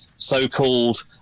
so-called